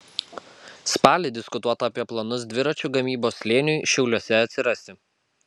spalį diskutuota apie planus dviračių gamybos slėniui šiauliuose atsirasti